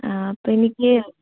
ആ അപ്പോൾ എനിക്ക്